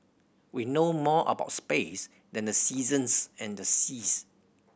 we know more about space than the seasons and the seas